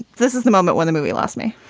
this is the moment when the movie lost me.